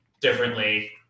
differently